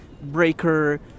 Breaker